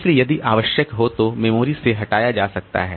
इसलिए यदि आवश्यक हो तो इसे मेमोरी से हटाया जा सकता है